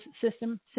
system